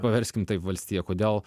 paverskim taip valstija kodėl